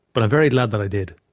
but i'm very glad that i did.